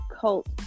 cult